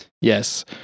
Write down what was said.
yes